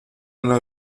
una